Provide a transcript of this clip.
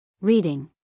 Reading